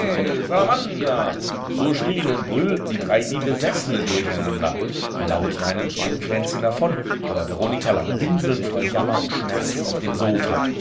so schrieen und brüllten die drei wie besessene durcheinander laut weinend sprang fränzchen davon aber veronika lag winselnd vor jammer und schmerz auf dem sofa